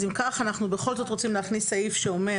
אז אם כך אנחנו בכל זאת רוצים להכניס סעיף שאומר